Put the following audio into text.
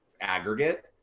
aggregate